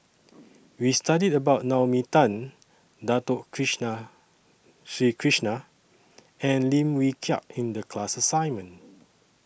We studied about Naomi Tan Dato Krishna Sri Krishna and Lim Wee Kiak in The class assignment